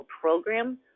program